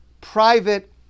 private